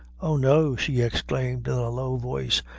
oh, no! she exclaimed, in a low voice,